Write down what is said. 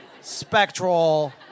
Spectral